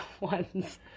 ones